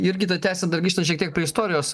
jurgita tęsiant dar grįžtant šiek tiek prie istorijos